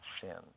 sin